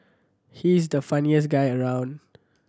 he's the funniest guy around